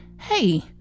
hey